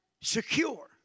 secure